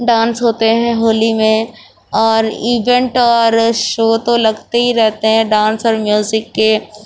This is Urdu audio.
ڈانس ہوتے ہیں ہولی میں اور ایونٹ اور شو تو لگتے ہی رہتے ہیں ڈانس اور میوزک کے